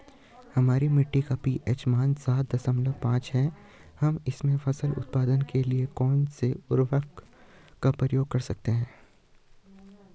हमारी मिट्टी का पी.एच मान सात दशमलव पांच है हम इसमें फसल उत्पादन के लिए कौन से उर्वरक का प्रयोग कर सकते हैं?